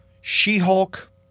She-Hulk